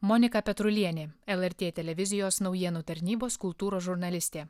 monika petrulienė lrt televizijos naujienų tarnybos kultūros žurnalistė